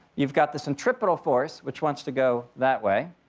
you've got the centripetal force, which wants to go that way.